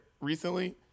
recently